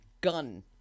gun